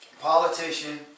politician